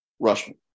Rushman